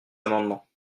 amendements